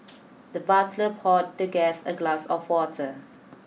the butler poured the guest a glass of water